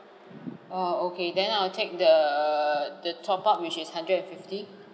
ah okay then I will take the the top up which is hundred and fifty